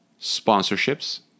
sponsorships